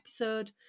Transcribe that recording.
episode